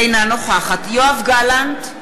אינה נוכחת יואב גלנט,